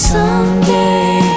Someday